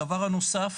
הדבר הנוסף,